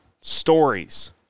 stories